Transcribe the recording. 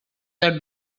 the